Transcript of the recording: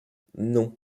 non